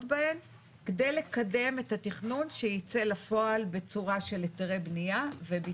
בהן כדי לקדם את התכנון שייצא לפועל בצורה של היתרי בניה וביצוע.